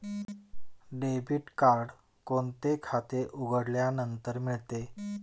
Debit card कोणते खाते उघडल्यानंतर मिळते?